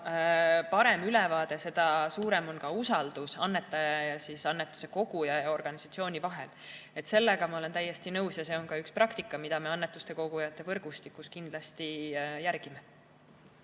seda parem on ülevaade ja seda suurem on ka usaldus annetaja, annetuse koguja ja organisatsiooni vahel. Sellega ma olen täiesti nõus ja see on ka üks praktika, mida me annetuste kogujate võrgustikus kindlasti järgime.